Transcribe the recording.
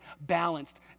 balanced